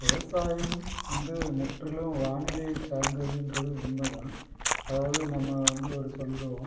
விவசாயம் வந்து முற்றிலும் வானிலையை சார்ந்தது என்றது உண்மை தான் அதாவது நம்ம வந்து ஒரு சொல்லுவோம்